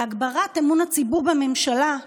בהגברת אמון הציבור בממשלה.